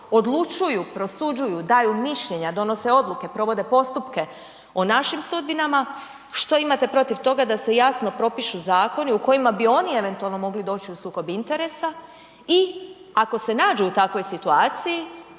odlučuju, prosuđuju, daju mišljenja, donose odluke, provode postupke o našim sudbinama, što imate protiv toga da se jasno propišu zakoni u kojima bi oni eventualno mogli doć u sukob interesa i ako se nađe u takvoj situaciji